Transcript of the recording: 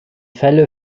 fälle